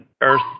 Earth